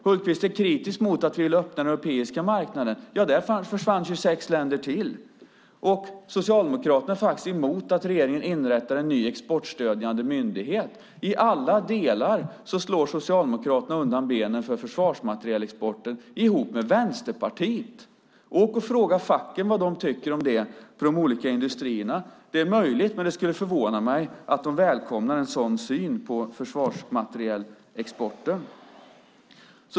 Hultqvist är kritisk mot att vi vill öppna för den europeiska marknaden. Där försvinner sex länder till. Socialdemokraterna är emot att regeringen inrättar en ny exportstödjande myndighet. I alla delar slår Socialdemokraterna undan benen för försvarsmaterielexporten ihop med Vänsterpartiet. Gå och fråga facken vad de tycker om det. Det är möjligt, men det skulle förvåna mig, att de välkomnar en sådan syn på försvarsmaterielexporten.